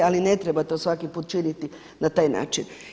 Ali ne treba to svaki put činiti na taj način.